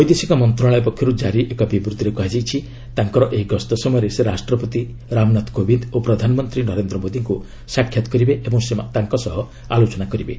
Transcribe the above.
ବୈଦେଶିକ ମନ୍ତ୍ରଣାଳୟ ପକ୍ଷରୁ ଜାରି ଏକ ବିବୃତ୍ତିରେ କୁହାଯାଇଛି ତାଙ୍କର ଏହି ଗସ୍ତ ସମୟରେ ସେ ରାଷ୍ଟ୍ରପତି ରାମନାଥ କୋବିନ୍ଦ୍ ଓ ପ୍ରଧାନମନ୍ତ୍ରୀ ନରେନ୍ଦ୍ର ମୋଦିଙ୍କୁ ସାକ୍ଷାତ୍ କରି ତାଙ୍କ ସହ ଆଲୋଚନା କରିବେ